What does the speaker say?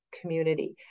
community